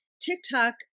TikTok